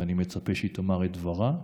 ואני מצפה שהיא תאמר את דברה,